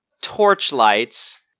torchlights